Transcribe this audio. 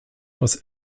aus